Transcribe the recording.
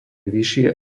vyššie